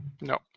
No